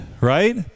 right